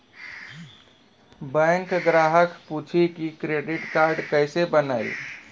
Bank ग्राहक पुछी की क्रेडिट कार्ड केसे बनेल?